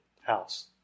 house